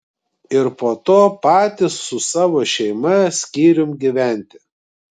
ir po to patys su savo šeima skyrium gyventi